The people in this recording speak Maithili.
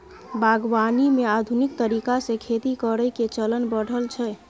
बागवानी मे आधुनिक तरीका से खेती करइ के चलन बढ़ल छइ